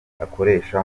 akoresha